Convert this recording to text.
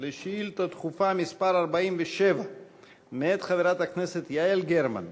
על שאילתה דחופה מס' 47 מאת חברת הכנסת יעל גרמן.